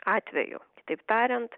atveju kitaip tariant